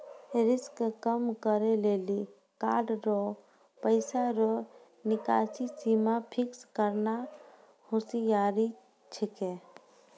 risk कम करै लेली कार्ड से पैसा रो निकासी सीमा फिक्स करना होसियारि छिकै